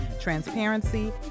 transparency